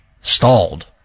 stalled